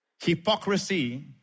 hypocrisy